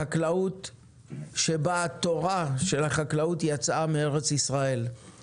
חקלאות שהפיצה את תורת החקלאות מארץ ישראל אל ארץ ישראל ומחוצה לה.